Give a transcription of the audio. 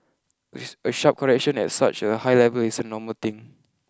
a sharp correction at such a high level is a normal thing